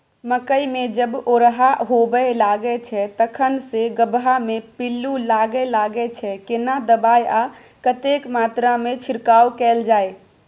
मकई मे जब ओरहा होबय लागय छै तखन से गबहा मे पिल्लू लागय लागय छै, केना दबाय आ कतेक मात्रा मे छिरकाव कैल जाय?